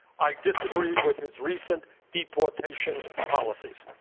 i disagree with his recent deportation policies.